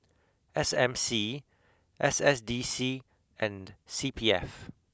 S M C S S D C and C P F